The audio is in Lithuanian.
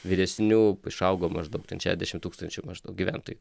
vyresnių išaugo maždaug ten šešiasdešim tūkstančių maždaug gyventojų